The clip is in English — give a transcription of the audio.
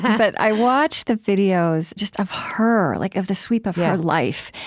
but i watched the videos just of her, like of the sweep of her life.